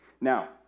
Now